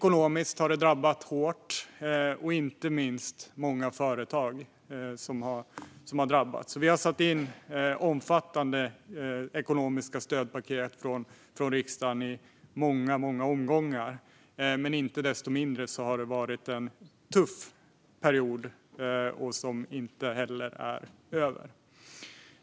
Och den har drabbat hårt ekonomiskt, inte minst för många företag. Vi har satt in omfattande ekonomiska stödpaket från riksdagen i många omgångar, men inte desto mindre har det varit en tuff period, som heller inte är över.